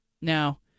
Now